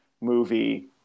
movie